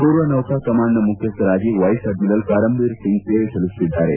ಪೂರ್ವನೌಕಾ ಕಮಾಂಡ್ನ ಮುಖ್ಯಸ್ವರಾಗಿ vice admiral Karambir Singh ಸೇವೆ ಸಲ್ಲಿಸುತ್ತಿದ್ದಾರೆ